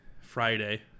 friday